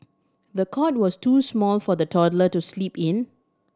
the cot was too small for the toddler to sleep in